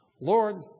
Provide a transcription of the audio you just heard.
Lord